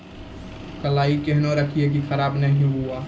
कलाई केहनो रखिए की खराब नहीं हुआ?